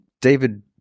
David